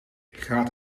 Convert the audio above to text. gaat